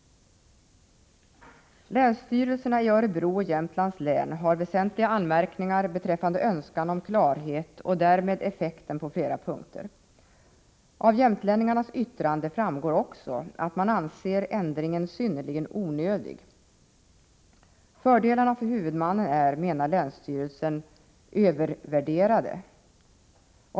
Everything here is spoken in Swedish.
Länsstyrelserna i Örebro och Jämtlands län gör väsentliga anmärkningar beträffande önskan om klarhet och därmed effekten på flera punkter. Av jämtlänningarnas yttrande framgår också att man anser ändringen synnerligen onödig. Fördelarna för huvudmannen är ”övervärderade”, menar länsstyrelsen.